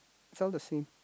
sail the sea